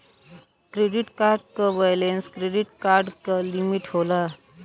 credit card क balance credit card क limit होला